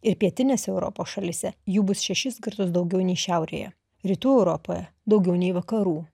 ir pietinėse europos šalyse jų bus šešis kartus daugiau nei šiaurėje rytų europoje daugiau nei vakarų